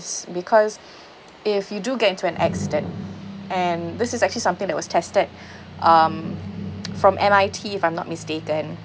because if you do get into an accident and this is actually something that was tested um from M_I_T if I'm not mistaken